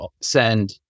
send